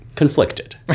Conflicted